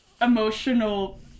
emotional